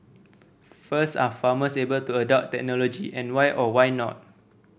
first are farmers able to adopt technology and why or why not